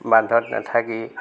বান্ধত নাথাকি